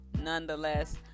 nonetheless